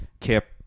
Kip